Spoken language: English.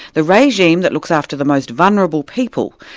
the regime that looks after the most vulnerable people,